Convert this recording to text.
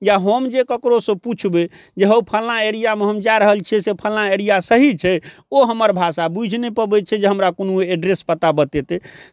या हम जे ककरहुसँ पुछबै जे हौ फल्लाँ एरियामे हम जा रहल छियै से फल्लाँ एरिया सही छै ओ हमर भाषा बूझि नहि पबै छै जे हमरा कोनो एड्रेस पता बतेतै